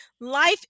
Life